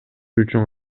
үчүн